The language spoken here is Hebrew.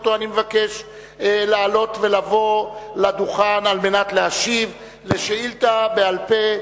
ואני מבקש ממנו לעלות ולבוא לדוכן על מנת להשיב על שאילתא בעל-פה,